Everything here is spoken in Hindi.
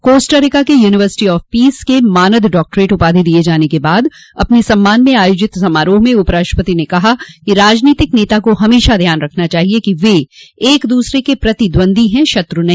कोस्टरिका के यूनिवर्सिटी ऑफ पीस से मानद डॉक्टरेट उपाधि दिये जाने के बाद अपने सम्मान में आयोजित समारोह में उपराष्ट्रपति ने कहा कि राजनीतिक नेता को हमेशा ध्यान रखना चाहिए कि वे एक दूसरे के प्रतिद्वंद्वी हैं शत्रु नहीं